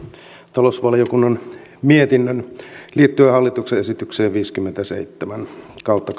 talousvaliokunnan mietinnön liittyen hallituksen esitykseen viisikymmentäseitsemän kautta